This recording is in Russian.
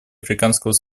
африканского